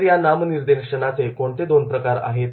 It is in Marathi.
तर नामनिर्देशनाचे कोणते दोन प्रकार आहेत